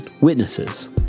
witnesses